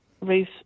Ruth